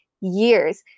years